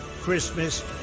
Christmas